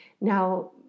Now